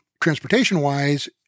transportation-wise